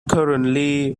currently